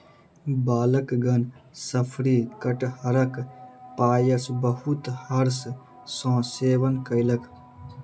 बालकगण शफरी कटहरक पायस बहुत हर्ष सॅ सेवन कयलक